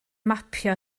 mapio